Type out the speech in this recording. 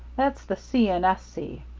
that's the c. and s. c.